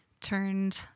turned